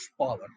power